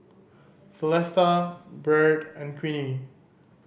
Celesta Byrd and Queenie